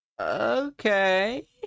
Okay